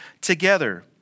together